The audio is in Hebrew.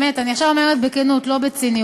באמת, אני עכשיו אומרת בכנות, לא בציניות.